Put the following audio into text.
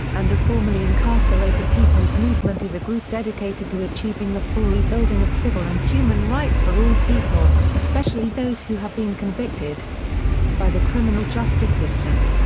and the formerly incarcerated peoples movement is a group dedicated to achieving the full rebuilding of civil and human rights for all people, especially those who have been convicted by the criminal justice system.